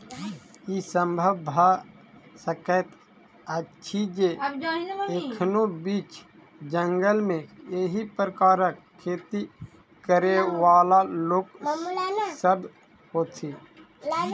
ई संभव भ सकैत अछि जे एखनो बीच जंगल मे एहि प्रकारक खेती करयबाला लोक सभ होथि